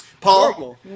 Paul